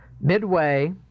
Midway